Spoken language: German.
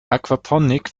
aquaponik